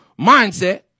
mindset